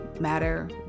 matter